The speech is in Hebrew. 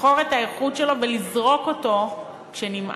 לבחור את האיכות שלו ולזרוק אותו כשנמאס.